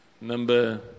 number